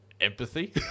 empathy